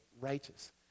righteous